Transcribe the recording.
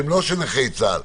שהם לא של נכי צה"ל,